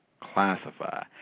classify